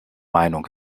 meinung